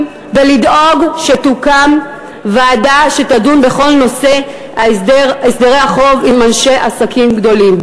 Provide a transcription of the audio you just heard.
ולדאוג שתוקם ועדה שתדון בכל נושא הסדרי החוב עם אנשי עסקים גדולים.